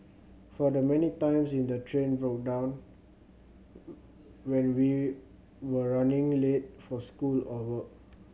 for the many times in the train broke down when we were running late for school or work